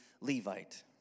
Levite